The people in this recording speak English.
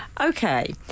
Okay